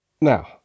Now